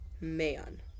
Man